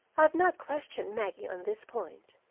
i have not questioned maggie on this point,